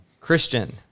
Christian